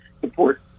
support